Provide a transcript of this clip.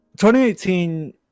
2018